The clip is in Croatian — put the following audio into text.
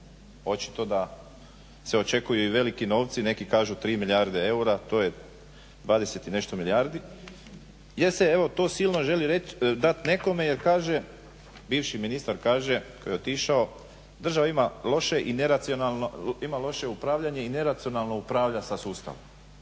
Očito da se očekuju i veliki novci, neki kažu 3 milijarde eura, to je 20 i nešto milijardi, jer se evo to silno želi dat nekome jer bivši ministar kaže koji je otišao "Država ima loše upravljanje i neracionalno upravlja sa sustavom".